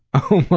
oh,